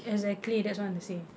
exactly that's what I want to say